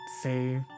say